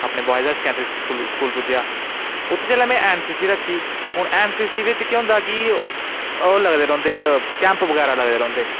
ब्योआएज high secondary school पुज्जेआ उत्थै में जिसलै एन सी सी रखी एन सी सी च केह् होंदा कि कैंप बगैरा लगदे रौहंदे